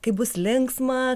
kaip bus linksma